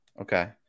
okay